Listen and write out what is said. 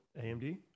amd